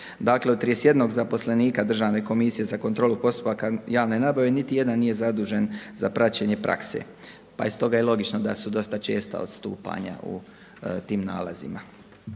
Dakle, u 31 zaposlenika Državne komisije za kontrolu postupaka javne nabave niti jedan nije zadužen za praćenje prakse, pa je stoga i logično da su dosta česta odstupanja u tim nalazima.